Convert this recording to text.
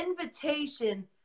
invitation